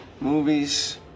movies